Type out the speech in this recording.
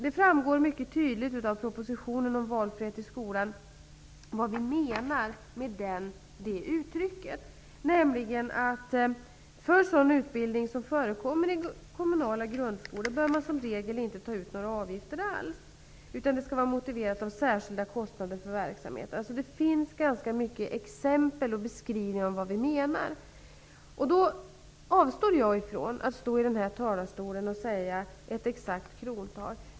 Det framgår mycket tydligt av propositionen om valfrihet i skolan vad vi menar med det uttrycket. För sådan utbildning som förekommer i kommunala grundskolor bör man som regel inte ta ut några avgifter alls, utan sådana avgifter skall vara motiverade av särskilda kostnader för verksamheten. Det finns alltså ganska många exempel på och beskrivningar av vad vi menar. Jag avstår därför från att här i talarstolen nämna ett exakt krontal.